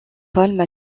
paul